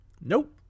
Nope